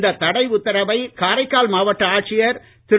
இந்த தடை உத்தரவை காரைக்கால் மாவட்ட ஆட்சியர் திரு